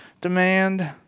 demand